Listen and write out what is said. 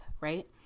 right